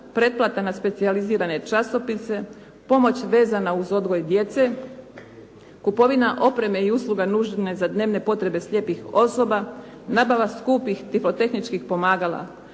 pretplata na specijalizirane časopise, pomoć vezana uz odgoj djece, kupovina opreme i usluga nužne za dnevne potrebe slijepih osoba, nabava skupih …/Govornik se